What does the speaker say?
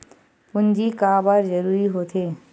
पूंजी का बार जरूरी हो थे?